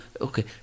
okay